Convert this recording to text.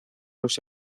los